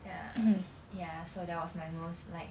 ya ya so that was my most like